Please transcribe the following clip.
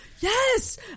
Yes